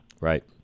Right